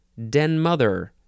denmother